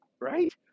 right